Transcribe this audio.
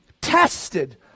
tested